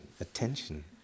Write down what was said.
Attention